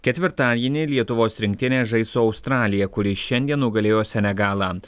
ketvirtadienį lietuvos rinktinė žais su australija kuri šiandien nugalėjo senegalą